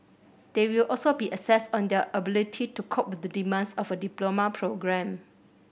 they will also be assessed on their ability to cope with the demands of a diploma programme